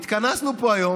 התכנסנו פה היום